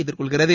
எதிர்கொள்கிறது